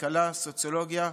כלכלה וסוציולוגיה,